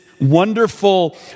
wonderful